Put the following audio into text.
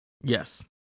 Yes